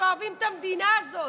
שאוהבים את המדינה הזאת.